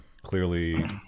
Clearly